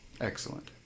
Excellent